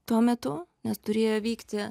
tuo metu nes turėjo vykti